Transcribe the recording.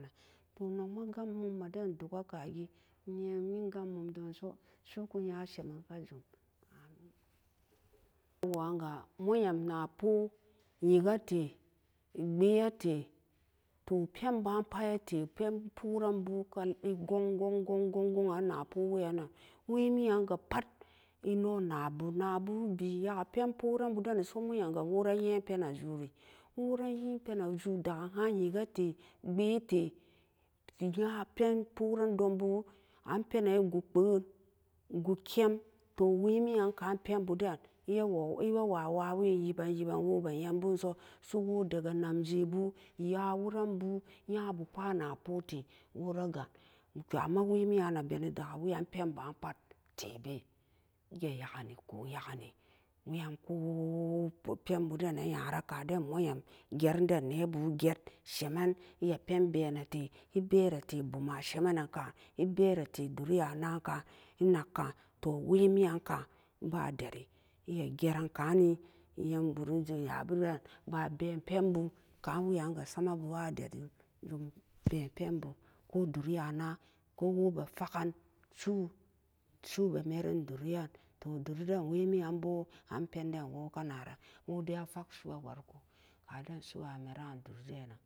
Poo nam gam mum me den duk ke ka gee e yen an gan mum don so su'u ku nya semen ka jum amin woo wa gaa mooyem naa poo nyik ke te pbee ai tee toh pen ba pat ai tee toh pen poo-ren boo gon-gon gon nan na poo we e an nan wee mi an ga pat ai no nabu, nabu ben nyaki pen poren boo ben ni soo moyem ga'a wora nya'an pe na ju re wora wora nya'an pe na ju an nyik ke te pbee ai tee e nya pen poren don boo an penan e gut gut keam to wee min yan kaa pen boo den e yen waa wawen ye ben ye ben woo be yen bon so, so woo daa ga namje bo yaworen bo nya bo pat be na poo te wora ga'a toh amma wee mian a beni daka wean penba pat teebe ga'n nya ke ne koo ya kee nee wee yen koo pen boo den ne nyara ka den moyem gee rom den ne boo jet semen e ma pen bene te e bee ra tee-e bee ra'a tee bom ma semen nen kan e bee ra te dure ma nan ka e nak kan e bee-ra te dure ma na kan e nak kan toh we minan kakn e ba daree e ma jeren ka nēe e ya'an borom jum ya'abu den ma ben pen boo ka wean ga sama boo wa dari jum bee pen boo ko dori ma na'a ko wo be faken su'u, su'u be mee ree duri yen toh duri den we mee an boo an pen den woo ka naran wo de a fak su'u e wari ko kaden su'u meran dori den nan.